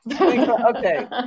Okay